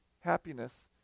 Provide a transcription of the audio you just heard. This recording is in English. happiness